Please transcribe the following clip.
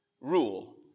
rule